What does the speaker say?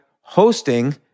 hosting